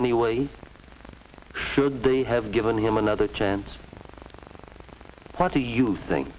any way should they have given him another chance thirty you think